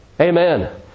Amen